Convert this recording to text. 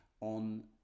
on